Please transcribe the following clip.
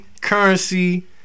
Currency